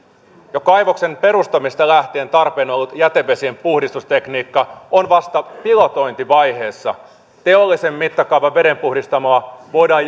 jo kaivoksen perustamisesta lähtien tarpeen ollut jätevesien puhdistustekniikka on vasta pilotointivaiheessa teollisen mittakaavan vedenpuhdistamoa voidaan